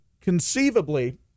conceivably